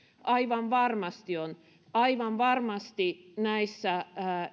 aivan varmasti on aivan varmasti näissä